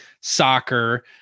soccer